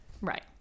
Right